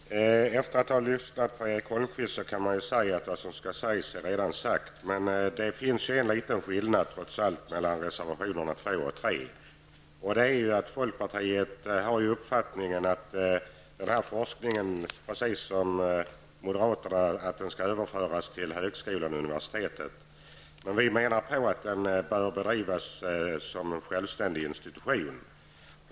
Herr talman! Efter att ha lyssnat på Erik Holmkvist kan man säga att det som sägas skall är alla redan sagt. Men det finns trots allt en liten skillnad mellan reservationerna 2 och 3. Folkpartiet liberalerna har den uppfattningen, precis som moderaterna, att denna forskning skall överföras till högskolan och universitetet. Men vi menar att den bör bedrivas inom en självständig institution.